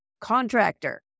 contractor